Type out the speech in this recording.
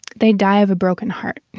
they'd die of a broken heart,